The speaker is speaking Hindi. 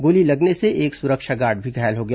गोली लगने से एक सुरक्षा गार्ड भी घायल हो गया